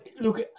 look